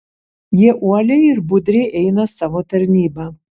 jie uoliai ir budriai eina savo tarnybą